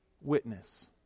witness